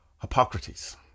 Hippocrates